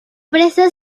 presta